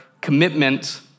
commitment